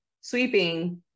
sweeping